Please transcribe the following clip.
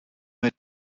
mit